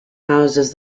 houses